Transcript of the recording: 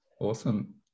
Awesome